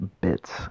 bits